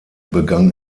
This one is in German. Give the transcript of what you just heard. begann